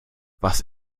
was